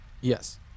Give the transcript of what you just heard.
Yes